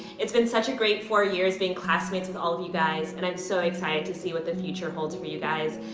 it's been such a great four years being classmates with all of you guys, and i'm so excited to see what the future hold for you guys.